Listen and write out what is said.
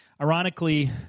Ironically